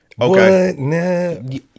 Okay